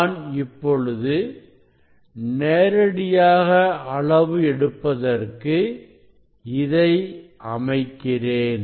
நான் இப்பொழுது நேரடியாக அளவு எடுப்பதற்கு இதை அமைக்கிறேன்